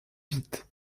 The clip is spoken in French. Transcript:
vite